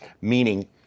meaning